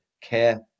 care